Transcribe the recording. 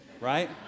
right